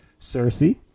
Cersei